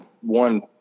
one